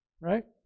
right